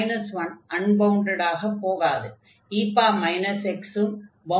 e x உம் பவுண்டடாக இருக்கும்